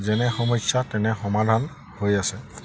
যেনে সমস্যা তেনে সমাধান হৈ আছে